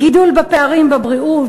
גידול בפערים בבריאות,